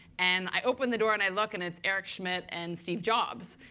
and i open the door, and i look. and it's eric schmidt and steve jobs.